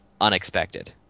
unexpected